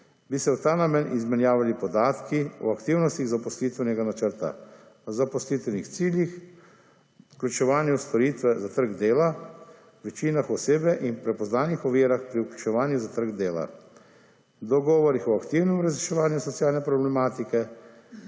bi se v ta namen izmenjavali podatki o aktivnostih zaposlitvenega načrta, o zaposlitvenih ciljih, vključevanju v storitve za trg dela, veščinah osebe in prepoznanih ovirah pri vključevanju na trg dela, dogovorih o aktivnem razreševanju socialne problematike